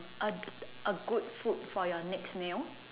a a good food for your next meal